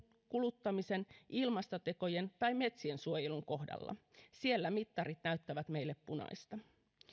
kuluttamisen ilmastotekojen tai metsiensuojelun kohdalla siellä mittarit näyttävät meille punaista